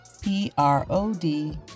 P-R-O-D